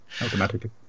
automatically